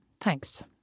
Thanks